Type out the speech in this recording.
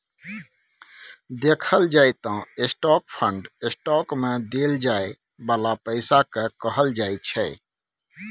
देखल जाइ त स्टाक फंड स्टॉक मे देल जाइ बाला पैसा केँ कहल जाइ छै